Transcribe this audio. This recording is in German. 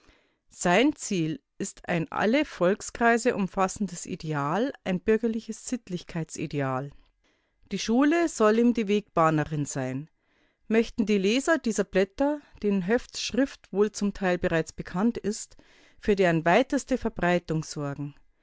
sein ziel ist ein alle volkskreise umfassendes ideal ein bürgerliches sittlichkeitsideal die schule soll ihm die wegbahnerin sein möchten die leser dieser blätter denen höfts schrift wohl zum teil bereits bekannt ist für deren weiteste verbreitung